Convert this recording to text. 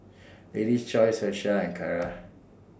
Lady's Choice Herschel and Kara